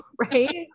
right